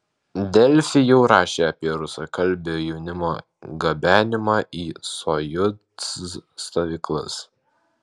delfi jau rašė apie rusakalbio jaunimo gabenimą į sojuz stovyklas